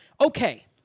Okay